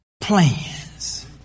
plans